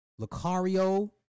Lucario